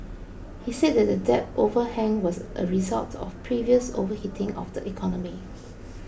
he said that the debt overhang was a result of previous overheating of the economy